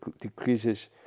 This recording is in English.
decreases